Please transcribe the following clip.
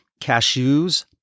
cashews